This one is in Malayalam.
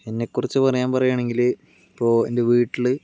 എന്നെക്കുറിച്ച് പറയാൻ പറയുകയാണെങ്കിൽ ഇപ്പോൾ എൻ്റെ വീട്ടിൽ